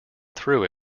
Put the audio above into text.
through